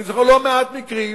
אני זוכר לא מעט מקרים